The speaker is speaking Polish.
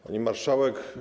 Pani Marszałek!